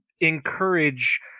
encourage